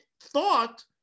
thought